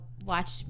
Watch